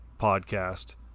podcast